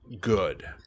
good